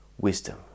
wisdom